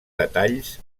detalls